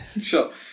sure